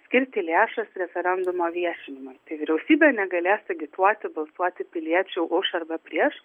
skirti lėšas referendumo viešinimui tai vyriausybė negalės agituoti balsuoti piliečių už arba prieš